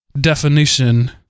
definition